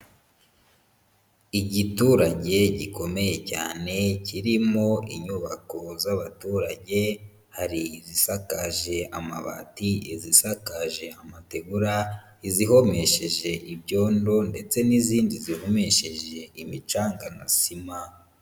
Igiturage gikomeye cyane kirimo inyubako z'abaturage hari izisakaje amabati, izisakaje amategura, izihomesheje ibyondo ndetse n'izindi zihomesheje imicanga na sima.